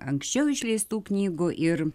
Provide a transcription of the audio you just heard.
anksčiau išleistų knygų ir